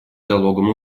залогом